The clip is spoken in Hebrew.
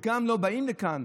גם לא באים לכאן.